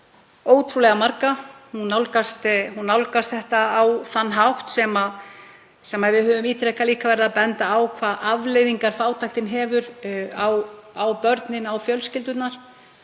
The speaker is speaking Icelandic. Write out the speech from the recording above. ótrúlega marga. Hún nálgast þetta á þann hátt sem við höfum ítrekað verið að benda á, hvaða afleiðingar fátæktin hefur á börnin og fjölskyldurnar